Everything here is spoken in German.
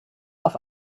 auf